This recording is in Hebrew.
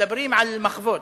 מדברים על מחוות.